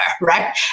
right